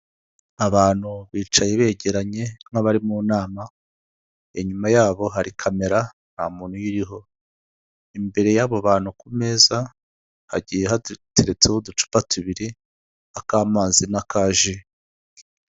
Abantu bicaye begeranye nk'abari mu nama, inyuma y'abo hari camera nta muntu uyiriho, imbere y'abo bantu ku meza hagiye haduteretseho uducupa tubiri ak'amazi n'aka ji.